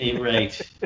Right